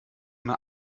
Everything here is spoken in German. eine